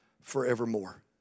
forevermore